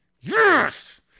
Yes